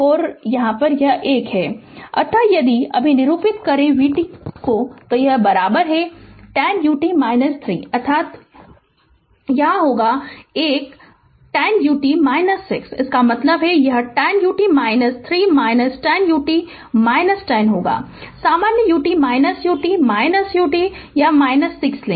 Refer Slide Time 2030 अतः यदि अभी निरूपित करें v t बराबर है तो यह 10 ut 3 अर्थात् हमारा होगा यह एक 10 ut 6 इसका मतलब है यह 10 ut 3 10 यूटी 10 होगा सामान्य ut ut ut 6 लें